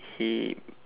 he